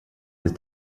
ist